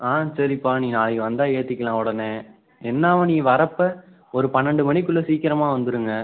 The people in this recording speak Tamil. ஆ சரிப்பா நீ நாளைக்கு வந்தால் ஏற்றிக்கலாம் உடனே என்னாவும் நீ வரப்போ ஒரு பன்னிரெண்டு மணிக்குள்ளே சீக்கரமாக வந்துடுங்க